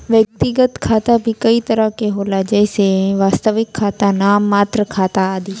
व्यक्तिगत खाता भी कई तरह के होला जइसे वास्तविक खाता, नाम मात्र के खाता आदि